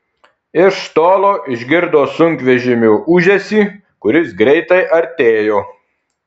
iš tolo išgirdo sunkvežimio ūžesį kuris greitai artėjo